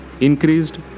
increased